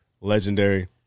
legendary